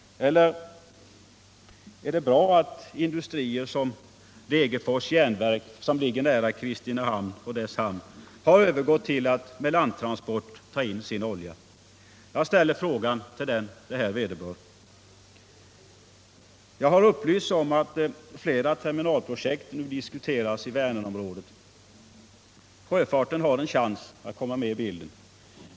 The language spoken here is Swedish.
Eller är det bra att industrier som Degerfors Järnverk som ligger nära Kristinehamn och dess hamn har övergått till att med landtransport ta in sin olja? Jag ställer frågorna till dem de berör. Jag har upplysts om att flera terminalprojekt nu diskuteras för Vänerområdet och att sjöfarten har en chans att komma med i bilden.